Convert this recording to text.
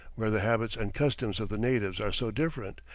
where the habits and customs of the natives are so different,